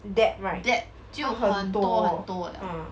depth right 很多很多